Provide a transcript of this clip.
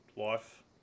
life